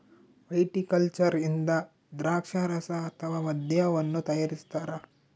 viticulture ಇಂದ ದ್ರಾಕ್ಷಾರಸ ಅಥವಾ ಮದ್ಯವನ್ನು ತಯಾರಿಸ್ತಾರ